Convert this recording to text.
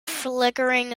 flickering